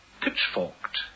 pitchforked